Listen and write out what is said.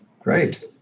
great